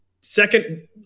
second